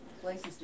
places